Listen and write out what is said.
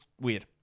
weird